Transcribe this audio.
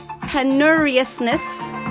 penuriousness